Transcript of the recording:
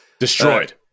Destroyed